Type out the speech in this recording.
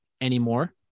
anymore